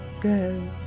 go